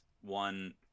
One